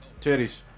Titties